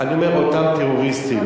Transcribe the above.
אני אומר, אותם טרוריסטים.